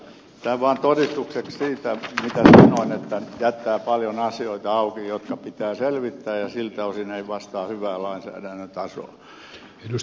tämä vain todistukseksi siitä mitä sanoin että tämä jättää paljon asioita auki jotka pitää selvittää ja siltä osin ei vastaa hyvää lainsäädännön tasoa